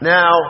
Now